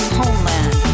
homeland